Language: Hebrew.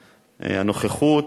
הנוכחות,